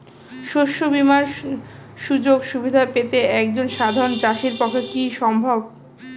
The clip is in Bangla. শস্য বীমার সুযোগ সুবিধা পেতে একজন সাধারন চাষির পক্ষে কি সম্ভব?